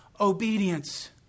obedience